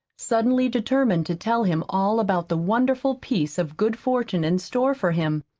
suddenly determined to tell him all about the wonderful piece of good fortune in store for him.